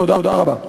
תודה רבה.